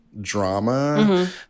drama